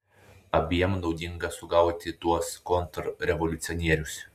abiem naudinga sugauti tuos kontrrevoliucionierius